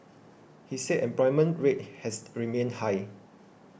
he said employment rate has remained high